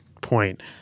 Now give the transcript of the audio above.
point